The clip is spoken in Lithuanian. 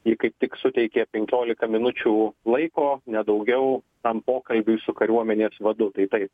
ji kaip tik suteikė penkiolika minučių laiko ne daugiau tam pokalbiui su kariuomenės vadu tai tai